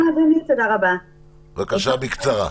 בבקשה, בקצרה.